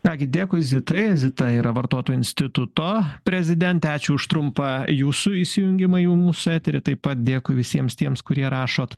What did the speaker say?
ką gi dėkui zitrėja zita yra vartotojų instituto prezidentė ačiū už trumpą jūsų įsijungimą į mūsų eterį taip pat dėkui visiems tiems kurie rašot